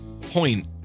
point